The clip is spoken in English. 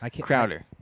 Crowder